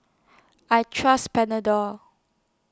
I Trust Panadol